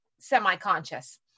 semi-conscious